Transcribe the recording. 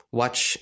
watch